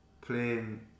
playing